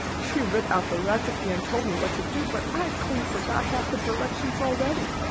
she writ out the recipe and told me what to do but i've clean forgot half the directions already.